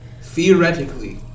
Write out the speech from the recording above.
theoretically